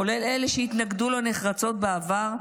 כולל אלה שהתנגדו לו נחרצות בעבר,